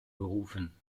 berufen